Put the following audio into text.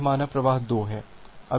यह माना प्रवाह 2 हैं